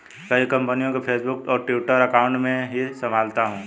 कई कंपनियों के फेसबुक और ट्विटर अकाउंट मैं ही संभालता हूं